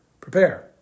prepare